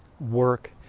work